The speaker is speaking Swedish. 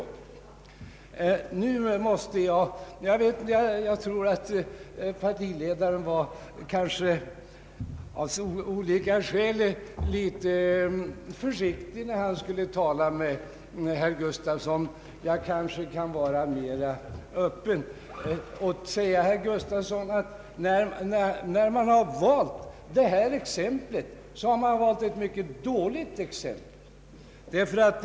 Jag tror att vår partiledare av olika skäl var litet försiktig när han diskuterade med herr Gustafsson, Jag kan kanske vara mer öppen och säga till herr Gustafsson att man när man valt detta exempel har valt ett mycket dåligt sådant.